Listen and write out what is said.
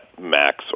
max